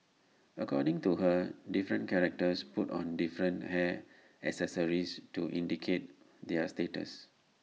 according to her different characters put on different hair accessories to indicate their status